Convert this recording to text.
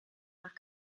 nach